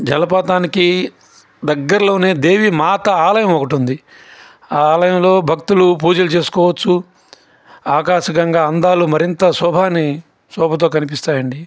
జలపాతానికి దగ్గరలో దేవి మాత ఆలయం ఒకటి ఉంది ఆ ఆలయంలో భక్తులు పూజలు చేసుకోవచ్చు ఆకాశగంగా అందాలు మరింత శోభాన్ని శోభతో కనిపిస్తాయి అండి